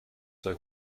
sei